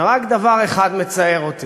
ורק דבר אחד מצער אותי,